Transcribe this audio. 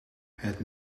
het